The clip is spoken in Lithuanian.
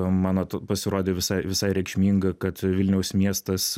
man at pasirodė visai visai reikšminga kad vilniaus miestas